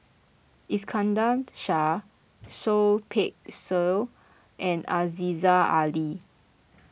Iskandar Shah Seah Peck Seah and Aziza Ali